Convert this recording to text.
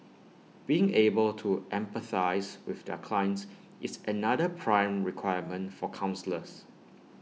being able to empathise with their clients is another prime requirement for counsellors